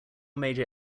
major